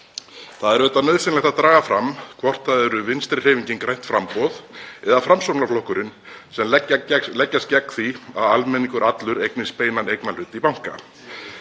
Það er auðvitað nauðsynlegt að draga fram hvort það er Vinstrihreyfingin – grænt framboð eða Framsóknarflokkurinn sem leggst gegn því að almenningur allur eignist beinan eignarhlut í banka.